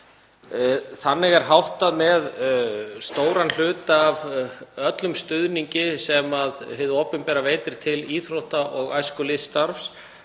Þannig er háttað með stóran hluta af öllum stuðningi sem hið opinbera veitir til íþrótta- og æskulýðsstarfs